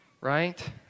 right